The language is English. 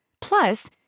Plus